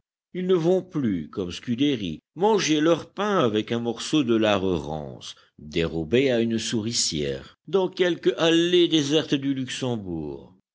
ils ne vont plus comme scudéry manger leur pain avec un morceau de lard rance dérobé à une souricière dans quelque allée déserte du luxembourg